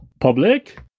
Public